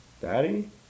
Daddy